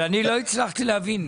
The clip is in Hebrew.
אבל אני לא הצלחתי להבין.